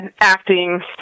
acting